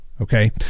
Okay